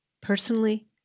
personally